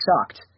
sucked